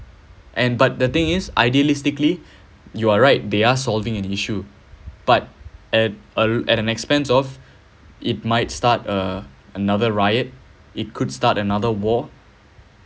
and but the thing is idealistically you are right they are solving an issue but at uh at an expense of it might start uh another riot it could start another war